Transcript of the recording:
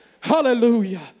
hallelujah